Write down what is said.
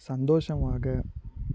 சந்தோஷமாக